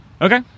Okay